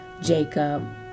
Jacob